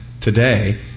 today